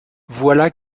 voilà